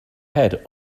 head